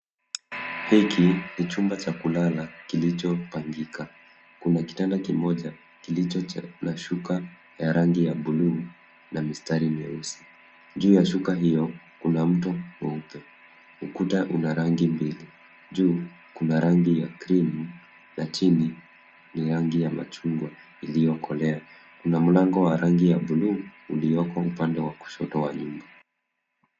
Hiki ni chumba cha kulala kilichopangika. Kuna kitanda kimoja kilicho na shuka la rangi ya buluu yenye mistari mieusi. Juu ya shuka hilo, kuna mto mweupe. Ukuta una rangi mbili: juu kuna rangi ya krimu na chini ni rangi ya machungwa iliyokolea. Kuna mlango wa buluu iliyoko upande wa kushoto wa nyumba.